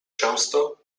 często